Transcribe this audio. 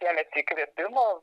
sėmesi įkvėpimo